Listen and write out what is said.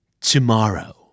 tomorrow